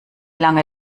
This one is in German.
lange